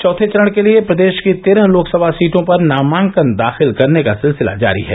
चौथे चरण के लिये प्रदेष की तेरह लोकसभा सीटों पर नामांकन दाखिल करने का सिलसिला जारी है